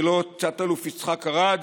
ולא את תת-אלוף יצחק ארד